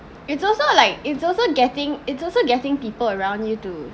it's also like it's also getting it's also getting people around you to